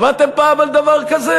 שמעתם פעם על דבר כזה?